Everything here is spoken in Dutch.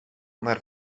naar